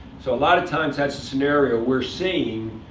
so a lot of times, that's the scenario we're seeing,